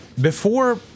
Before-